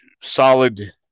solid